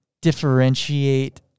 differentiate